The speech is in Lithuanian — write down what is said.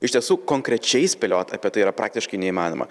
iš tiesų konkrečiai spėliot apie tai yra praktiškai neįmanoma